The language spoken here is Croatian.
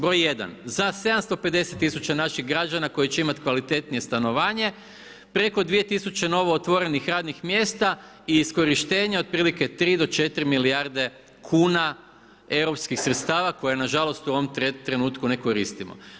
Broj jedan, za 750 tisuća naših građana koji će imati kvalitetnije stanovanje, preko 2000 novootvorenih radnih mjesta i iskorištenje otprilike 3-4 milijarde kuna europskih sredstva koje na žalost u ovom trenutku ne koristimo.